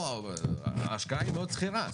ההשקעה היא מאוד סחירה,